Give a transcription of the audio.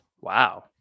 Wow